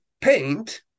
paint